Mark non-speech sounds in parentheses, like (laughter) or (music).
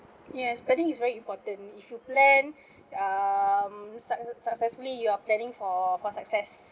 yes planning is very important if you plan (breath) um suc~ successfully you're planning for for success